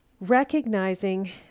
recognizing